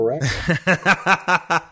correct